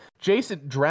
Jason